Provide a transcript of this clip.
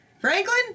Franklin